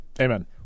Amen